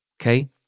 okay